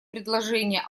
предложения